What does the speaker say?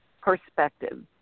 perspective